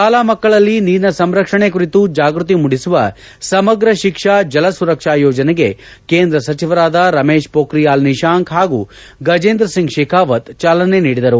ಶಾಲಾ ಮಕ್ಕಳಲ್ಲಿ ನೀರಿನ ಸಂರಕ್ಷಣೆ ಕುರಿತು ಜಾಗೃತಿ ಮೂಡಿಸುವ ಸಮಗ್ರ ಶಿಕ್ಷಾ ಜಲ ಸುರಕ್ಷಾ ಯೋಜನೆಗೆ ಕೇಂದ್ರ ಸಚಿವರಾದ ರಮೇಶ್ ಪೊಕ್ರಿಯಾಲ್ ನಿಶಾಂಕ್ ಹಾಗೂ ಗಜೇಂದ್ರ ಸಿಂಗ್ ಶೇಖಾವತ್ ಚಾಲನೆ ನೀಡಿದರು